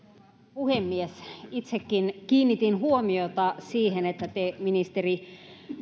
puhemies itsekin kiinnitin huomiota siihen että te ministeri